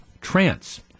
trance